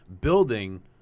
building